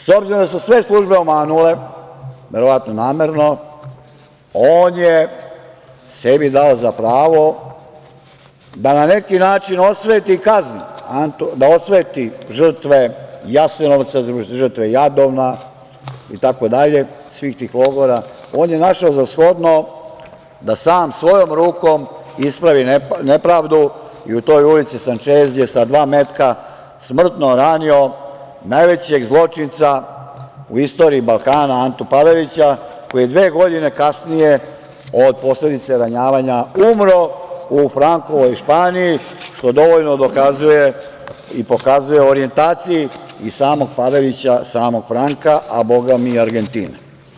S obzirom da su sve službe omanule, verovatno namerno, on je sebi dao za pravo da na neki način osveti i kazni, da osveti žrtve Jasenovca, žrtve Jadovna, itd, svih tih logora, on je našao za shodno da sam, svojom rukom, ispravi nepravdu i u toj ulici Sančez je sa dva metka smrtno ranio najvećeg zločinca u istoriji Balkana, Antu Pavelića, koji je dve godine kasnije od posledica ranjavanja umro u Frankovoj Španiji, što dovoljno dokazuje i pokazuje o orjentaciji i samog Pavelića, samog Franka, a, Boga mi, i Argentinu.